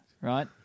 right